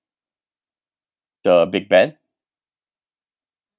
the big ben